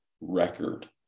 record